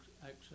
access